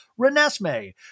Renesme